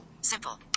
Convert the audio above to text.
Simple